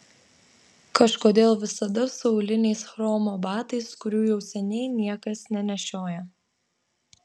kažkodėl visada su auliniais chromo batais kurių jau seniai niekas nenešioja